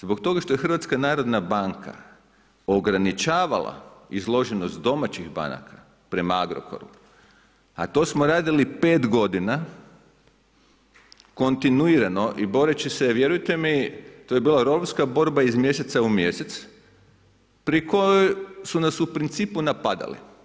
Zbog toga što je HNB ograničavala izloženost domaćih banaka prema Agrokoru, a to smo radili 5 godina kontinuirano i boreći se, vjerujte mi to je bila rovska borba iz mjeseca u mjesec, pri kojoj su nas u principu napadali.